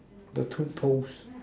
the two poles